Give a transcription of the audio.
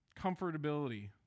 comfortability